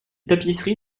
tapisseries